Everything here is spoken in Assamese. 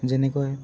যেনেকৈ